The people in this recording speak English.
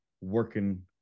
working